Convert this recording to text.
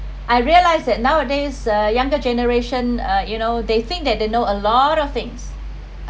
I realise that nowadays uh younger generation uh you know they think that they know a lot of things